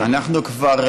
אנחנו כבר,